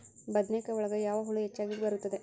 ಬದನೆಕಾಯಿ ಒಳಗೆ ಯಾವ ಹುಳ ಹೆಚ್ಚಾಗಿ ಬರುತ್ತದೆ?